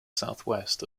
southwest